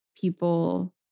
people